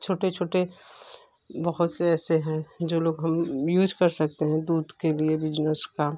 छोटे छोटे बहुत से ऐसे हैं जो लोग हम यूज कर सकते हैं दूध के लिए बिजनेस का